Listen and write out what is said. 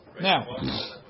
Now